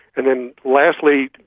and then lastly,